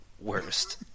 Worst